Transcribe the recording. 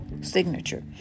signature